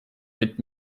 mit